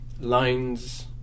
lines